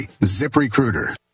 ZipRecruiter